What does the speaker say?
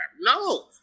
no